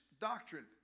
doctrine